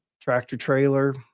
tractor-trailer